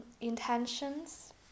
intentions